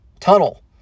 tunnel